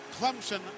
Clemson